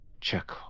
check